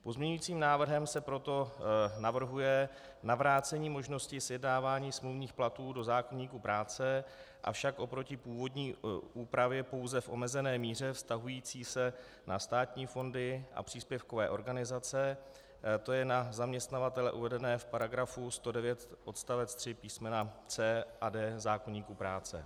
Pozměňovacím návrhem se proto navrhuje navrácení možnosti sjednávání smluvních platů do zákoníku práce, avšak oproti původní úpravě pouze v omezené míře vztahující se na státní fondy a příspěvkové organizace, tj. na zaměstnavatele uvedené v § 109 odst. 3 písm. c) a d) zákoníku práce.